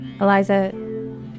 Eliza